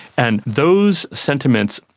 and those sentiments,